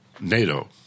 NATO